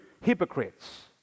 hypocrites